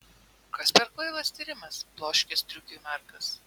kas per kvailas tyrimas bloškė striukiui markas